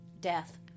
Death